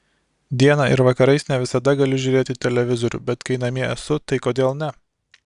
dieną ir vakarais ne visada galiu žiūrėti televizorių bet kai namie esu tai kodėl ne